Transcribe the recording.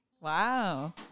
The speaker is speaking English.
Wow